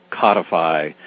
codify